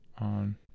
on